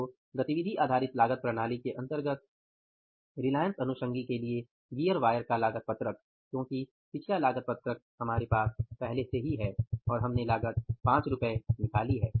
तो गतिविधि आधारित लागत प्रणाली के अंतर्गत रिलायंस अनुषंगी के लिए गियर वायर का लागत पत्रक क्योकि पिछला लागत पत्रक आपके पास पहले से ही है और हमने लागत 5 रु निकाली है